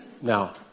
Now